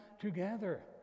together